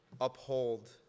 uphold